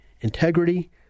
integrity